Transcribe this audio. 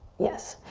yes.